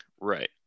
right